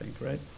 right